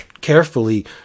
carefully